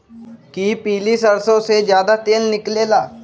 कि पीली सरसों से ज्यादा तेल निकले ला?